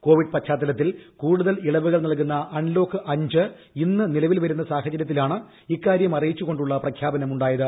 Covid പശ്ചാത്തലത്തിൽ കൂടുതൽ ഇളവുകൾ നൽകുന്ന അൺലോക്ക് അഞ്ച് ഇന്ന് നിലവിൽ വരുന്ന സാഹചരൃത്തിലാണ് ഇക്കാരൃം അറിയിച്ചുകൊണ്ടുള്ള പ്രഖ്യാപനം ഉണ്ടായത്